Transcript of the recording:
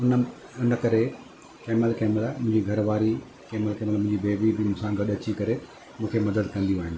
उनमें इन करे कंहिंमहिल कंहिंमहिल मुंहिंजी घरवारी कंहिंमहिल कंहिंमहिल मुंहिंजी बेबी बि मुसां गॾु अची करे मूंखे मदद कंदी आहिनि